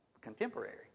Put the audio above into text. contemporary